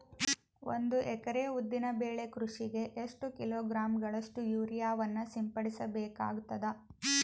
ಒಂದು ಎಕರೆ ಉದ್ದಿನ ಬೆಳೆ ಕೃಷಿಗೆ ಎಷ್ಟು ಕಿಲೋಗ್ರಾಂ ಗಳಷ್ಟು ಯೂರಿಯಾವನ್ನು ಸಿಂಪಡಸ ಬೇಕಾಗತದಾ?